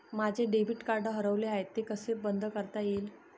माझे debit card हरवले आहे ते कसे बंद करता येईल?